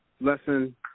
lesson